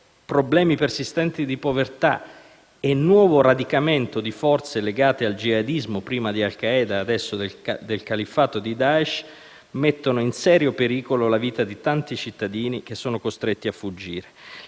problemi persistenti di povertà e nuovo radicamento di forze legate al jihadismo (prima di Al-Qaeda e adesso del califfato di Daesh) mettono in serio pericolo la vita di tanti cittadini costretti a fuggire.